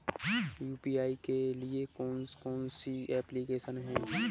UPI के लिए कौन कौन सी एप्लिकेशन हैं?